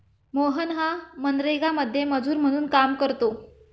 मोहन हा मनरेगामध्ये मजूर म्हणून काम करतो